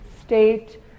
state